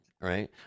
right